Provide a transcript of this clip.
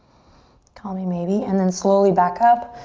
call me maybe, and then slowly back up,